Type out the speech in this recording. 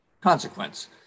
consequence